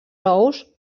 ous